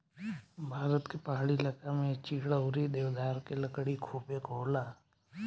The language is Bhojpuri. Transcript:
भारत के पहाड़ी इलाका में चीड़ अउरी देवदार के लकड़ी खुबे होला